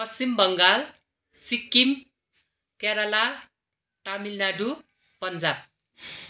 Paschim Bangal Sikkim Kerala Tamil Nadu Punjab